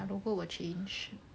ya logo will change